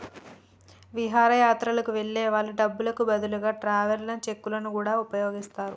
విహారయాత్రలకు వెళ్ళే వాళ్ళు డబ్బులకు బదులుగా ట్రావెలర్స్ చెక్కులను గూడా వుపయోగిత్తరు